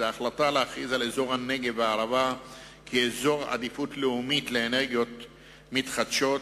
ההחלטה להכריז על הנגב והערבה אזור עדיפות לאומית לאנרגיות מתחדשות,